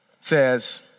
Says